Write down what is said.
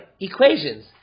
equations